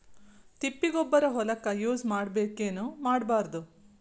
ತಿಪ್ಪಿಗೊಬ್ಬರ ಹೊಲಕ ಯೂಸ್ ಮಾಡಬೇಕೆನ್ ಮಾಡಬಾರದು?